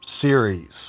series